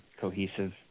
cohesive